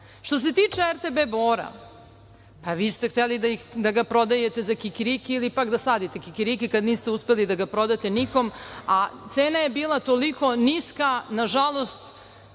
se tiče RTB „Bora“, pa vi ste hteli da ga prodajte za kikiriki ili, pak, da sadite kikiriki kad niste uspeli da ga prodate nikom, a cena je bila toliko niska, nažalost,